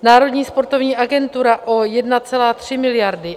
Národní sportovní agentura o 1,3 miliardy.